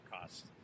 cost